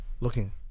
looking